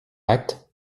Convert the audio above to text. acte